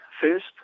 first